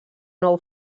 nou